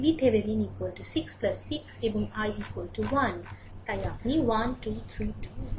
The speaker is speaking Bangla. অতএব VThevenin 6 6 এবং i 1 তাই আপনি 1232 ভোল্ট